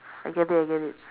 I get it I get it